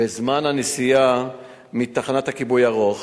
וזמן הנסיעה מתחנת הכיבוי ארוך.